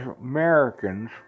Americans